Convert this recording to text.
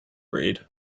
breed